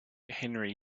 henry